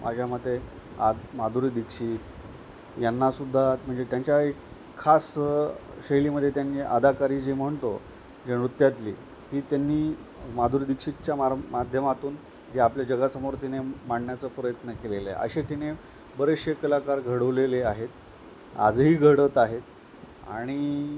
माझ्या मते माधुरी दीक्षित यांनासुद्धा म्हणजे त्यांच्या एक खास शैलीमध्ये त्यांनी अदाकारी जी म्हणतो जे नृत्यातली ती त्यांनी माधुरी दीक्षितच्या मार माध्यमातून जे आपल्या जगासमोर तिने मांडण्याचा प्रयत्न केलेलं आहे असे तिने बरेचसे कलाकार घडवलेले आहेत आजही घडत आहेत आणि